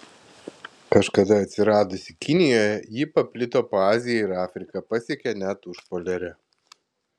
kažkada atsiradusi kinijoje ji paplito po aziją ir afriką pasiekė net užpoliarę